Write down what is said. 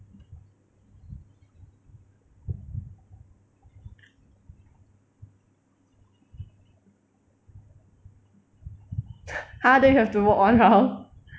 !huh! then you have to walk one round